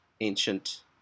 ancient